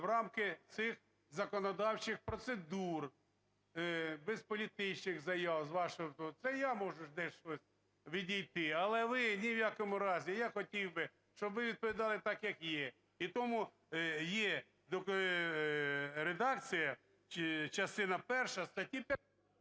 в рамки цих законодавчих процедур без політичних заяв з вашого… Це я можу ж десь, щось відійти, але ви – ні в якому разі. Я хотів би, щоб ви відповідали так, як є. І тому є редакція, частина перша статті…